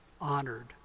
honored